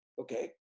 Okay